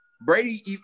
Brady